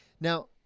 Now